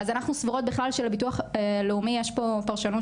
אז אנחנו סבורות שלביטוח לאומי יש פה פרשנות